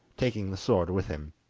taking the sword with him.